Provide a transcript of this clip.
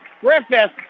Griffith